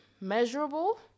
measurable